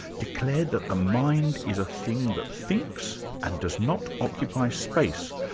declared that the mind is a thing that thinks and does not occupy space,